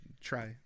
try